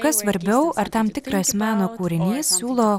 kas svarbiau ar tam tikras meno kūrinys siūlo